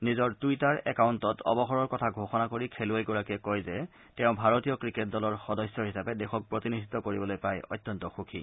নিজৰ টুইটাৰ একাউণ্টত অৱসৰৰ কথা ঘোষণা কৰি খেলুৱৈগৰাকীয়ে কয় যে তেওঁ ভাৰতীয় ক্ৰিকেট দলৰ সদস্য হিচাপে দেশক প্ৰতিনিধিত্ব কৰিবলৈ পাই অত্যন্ত সুখী